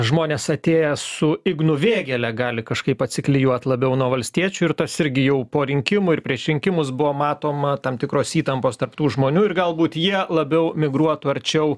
žmonės atėję su ignu vėgėle gali kažkaip atsiklijuot labiau nuo valstiečių ir tas irgi jau po rinkimų ir prieš rinkimus buvo matoma tam tikros įtampos tarp tų žmonių ir galbūt jie labiau migruotų arčiau